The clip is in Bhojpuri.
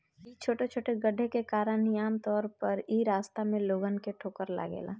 इ छोटे छोटे गड्ढे के कारण ही आमतौर पर इ रास्ता में लोगन के ठोकर लागेला